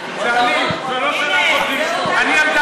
אנחנו,